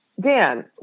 dan